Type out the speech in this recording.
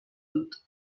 dut